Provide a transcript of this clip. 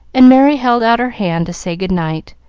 and merry held out her hand to say good-night,